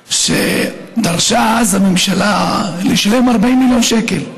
דרשה אז הממשלה לשלם 40 מיליון שקלים,